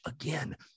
again